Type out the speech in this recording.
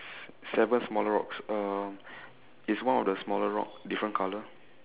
seven smaller rocks um is one of the smaller rocks different colour